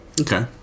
Okay